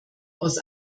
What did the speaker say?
aus